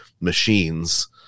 machines